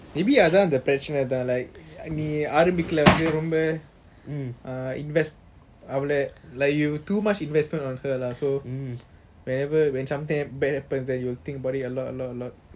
maybe அதன் அந்த ப்ரெசன் நீ ஆரம்பத்துல ரொம்ப அவளை:athan antha prechan nee aarambathula romba avala invest like you too much investment on her lah so whatever when something bad happens then you will think about it a lot a lot a lot